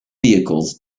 vehicles